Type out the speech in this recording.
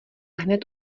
hned